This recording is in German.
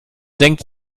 senkt